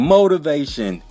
Motivation